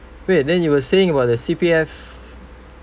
wait then you were saying about the C_P_F